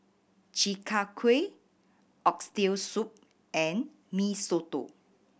Chi Kak Kuih Oxtail Soup and Mee Soto